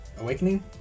Awakening